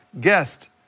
guest